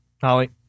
Holly